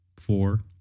four